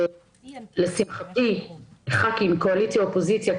לשמחתי הצטרפו חברי כנסת מהקואליציה ומהאופוזיציה,